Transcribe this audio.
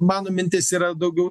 mano mintis yra daugiau